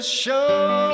show